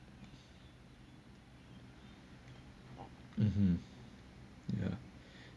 mm hmm ya